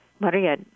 Maria